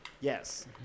Yes